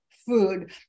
Food